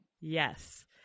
Yes